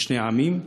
לשני עמים.